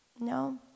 no